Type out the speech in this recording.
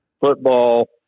football